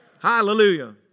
Hallelujah